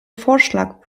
vorschlag